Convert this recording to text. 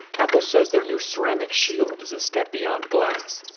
apple says their new ceramic shield is a step beyond glass.